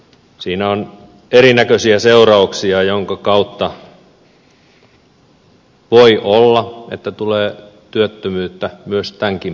siitä on erinäköisiä seurauksia joiden kautta voi tulla työttömyyttä tämänkin päätöksen perusteella